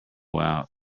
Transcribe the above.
out